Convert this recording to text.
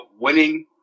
winning